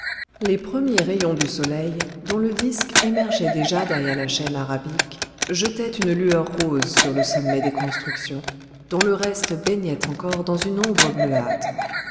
les premiers rayons du soleil dont le disque émergeait déjà derrière la chaîne arabique jetaient une lueur rose sur le sommet des constructions dont le reste baignait encore dans une ombre bleuâtre